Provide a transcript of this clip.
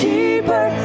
Keeper